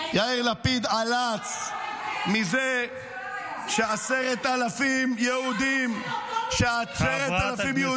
יאיר לפיד עלץ מזה ש-10,000 יהודים גורשו.